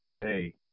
hey